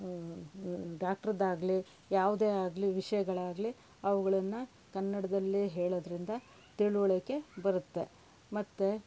ಡಾಕ್ಟ್ರದ್ದು ಆಗ್ಲಿ ಯಾವುದೇ ಆಗ್ಲಿ ವಿಷಯಗಳಾಗ್ಲಿ ಅವುಗಳನ್ನು ಕನ್ನಡದಲ್ಲೇ ಹೇಳೋದ್ರಿಂದ ತಿಳುವಳಿಕೆ ಬರುತ್ತೆ ಮತ್ತೆ